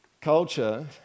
Culture